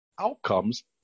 outcomes